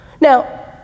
Now